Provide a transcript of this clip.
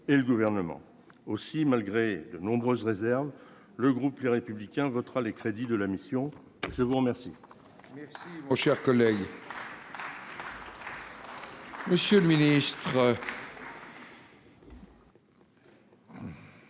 et le gouvernement aussi, malgré de nombreuses réserves, le groupe Les Républicains votera les crédits de la mission, je vous remercie.